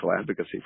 advocacy